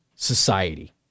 society